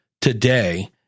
Today